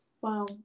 Wow